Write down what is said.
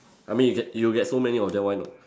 I mean you get you get so many of them why not